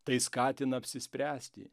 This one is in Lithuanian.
tai skatina apsispręsti